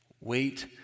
wait